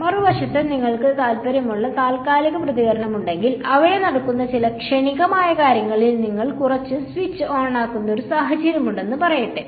മറുവശത്ത് നിങ്ങൾക്ക് താൽപ്പര്യമുള്ള താൽക്കാലിക പ്രതികരണമുണ്ടെങ്കിൽ അവിടെ നടക്കുന്ന ചില ക്ഷണികമായ കാര്യങ്ങളിൽ നിങ്ങൾ കുറച്ച് സ്വിച്ച് ഓണാക്കുന്ന ഒരു സാഹചര്യമുണ്ടെന്ന് പറയട്ടെ